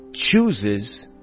chooses